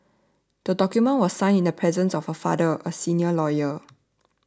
the document was signed in the presence of her father a senior lawyer